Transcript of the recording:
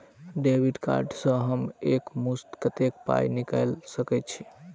Debit card सँ हम एक मुस्त कत्तेक पाई निकाल सकय छी?